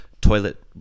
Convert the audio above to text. toilet